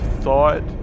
thought